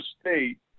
State